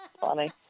Funny